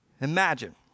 Imagine